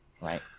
right